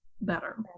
better